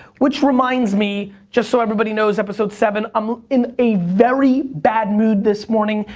which reminds me, just so everybody knows, episode seven, i'm in a very bad mood this morning.